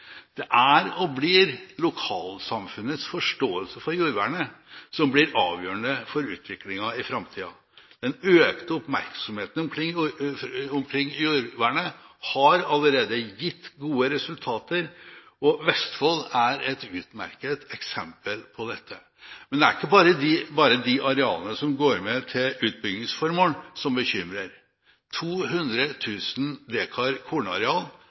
Det er og blir lokalsamfunnets forståelse for jordvern som blir avgjørende for utviklingen i framtida. Den økte oppmerksomheten omkring jordvernet har allerede gitt gode resultater, og Vestfold er et utmerket eksempel på dette. Men det er ikke bare de arealene som går med til utbyggingsformål som bekymrer. 200 000 dekar kornareal